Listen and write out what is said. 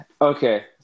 Okay